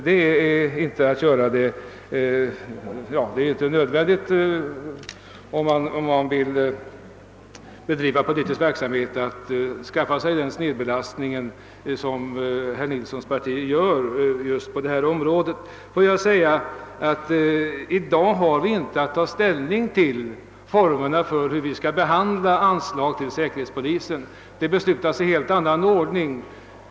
Det är inte nödvändigt, om man vill bedriva politisk verksamhet, att utsätta sig för en sådan snedbelastning som herr Nilsson och hans parti gör på detta område. Låt mig avslutningsvis påpeka att vi i dag inte har att ta ställning till formerna för hur vi skall behandla frågor om anslag till säkerhetspolisen. Det beslutas i helt annan ordning.